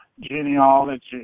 genealogy